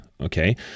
okay